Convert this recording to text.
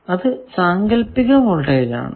അത് സാങ്കല്പിക വോൾടേജ് ആണ്